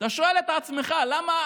אתה שואל את עצמך למה